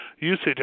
usage